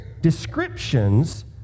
descriptions